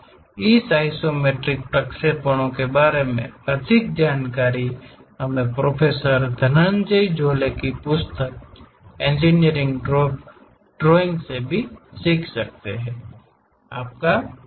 इस iso isometric प्रक्षेपणों के बारे में अधिक जानकारी हमे प्रोफेसर धनंजय जोले की पुस्तक इंजीनियरिंग ड्राइंग से भी सीख सकते हैं